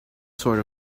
sort